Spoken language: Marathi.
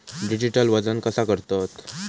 डिजिटल वजन कसा करतत?